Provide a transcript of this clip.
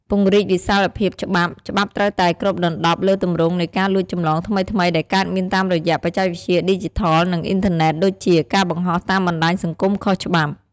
ពង្រីកវិសាលភាពច្បាប់ ច្បាប់ត្រូវតែគ្របដណ្តប់លើទម្រង់នៃការលួចចម្លងថ្មីៗដែលកើតមានតាមរយៈបច្ចេកវិទ្យាឌីជីថល និងអ៊ីនធឺណិត ដូចជា ការបង្ហោះតាមបណ្តាញសង្គមខុសច្បាប់។